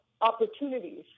opportunities